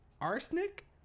arsenic